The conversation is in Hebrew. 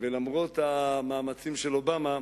ולמרות המאמצים של אובמה,